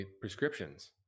prescriptions